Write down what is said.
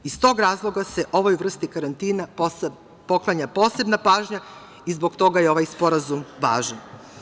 Iz tog razloga se ovoj vrsti karantina poklanja posebna pažnja i zbog toga je ovaj sporazum važan.